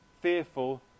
fearful